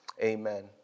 Amen